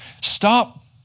stop